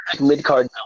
mid-card